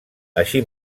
així